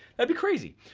ah be crazy.